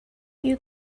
you